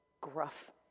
gruff